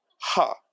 Ha